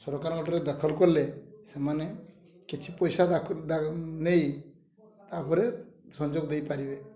ସରକାରଙ୍କ ଠାରେ ଦାଖଲ କଲେ ସେମାନେ କିଛି ପଇସା ନେଇ ତା'ପରେ ସଂଯୋଗ ଦେଇପାରିବେ